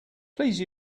please